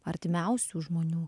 artimiausių žmonių